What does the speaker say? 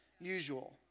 usual